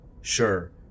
Sure